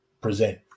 present